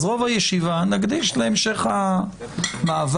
אז רוב הישיבה נקדיש להמשך המעבר.